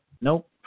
Nope